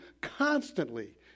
constantly